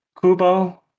Kubo